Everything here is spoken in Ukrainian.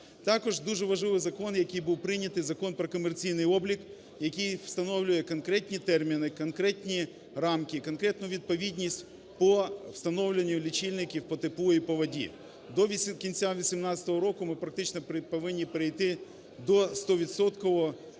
Також дуже важливий закон, який був прийнятий, Закон про комерційний облік, який встановлює конкретні терміни, конкретні рамки, конкретну відповідність по встановлюванню лічильників по теплу і по воді. До кінця 18-го року ми практично повинні перейти до